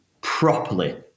properly